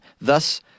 Thus